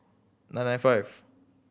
nine nine five